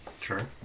Sure